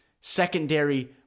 secondary